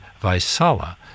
Vaisala